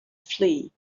flee